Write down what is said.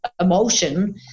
emotion